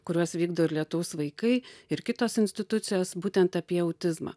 kuriuos vykdo ir lietaus vaikai ir kitos institucijos būtent apie autizmą